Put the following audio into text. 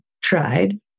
tried